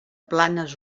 planes